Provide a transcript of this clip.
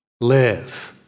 live